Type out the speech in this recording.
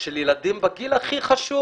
של ילדים בגיל הכי חשוב.